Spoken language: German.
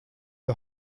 der